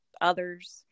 others